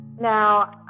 Now